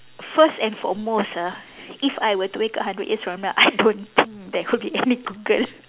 first and foremost ah if I were to wake up hundred years from now I don't think there would be any Google